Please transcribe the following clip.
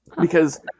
Because-